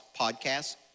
podcasts